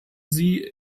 sie